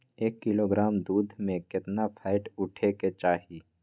एक किलोग्राम दूध में केतना फैट उठे के चाही?